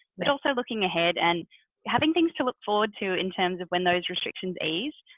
but also looking ahead and having things to look forward to in terms of when those restrictions ease.